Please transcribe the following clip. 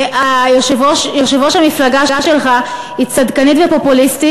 ויושבת-ראש המפלגה שלך היא צדקנית ופופוליסטית